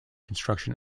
construction